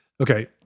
Okay